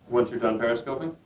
once you're done periscoping?